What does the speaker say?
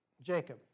Jacob